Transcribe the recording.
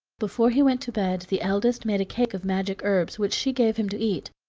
before he went to bed, the eldest made a cake of magic herbs, which she gave him to eat.